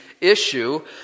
issue